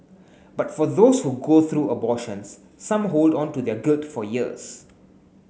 but for those who go through abortions some hold on to their guilt for years